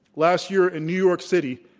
last year in new york city,